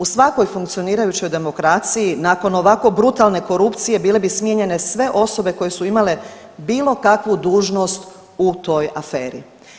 U svakoj funkcionirajućoj demokraciji nakon ovako brutalne korupcije bile bi smijenjene sve osobe koje su imale bilo kakvu dužnost u toj aferi.